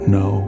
no